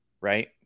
right